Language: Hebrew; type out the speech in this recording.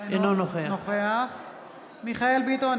אינו נוכח מיכאל מרדכי ביטון,